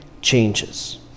changes